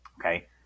okay